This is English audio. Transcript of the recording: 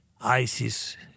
ISIS